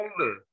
older